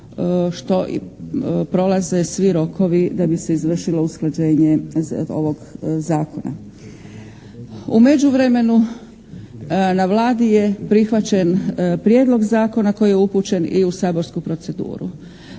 što i, prolaze svi rokovi da bi se izvršilo usklađenje ovog Zakona. U međuvremenu na Vladi je prihvaćen prijedlog zakona koji je upućen i u saborsku proceduru.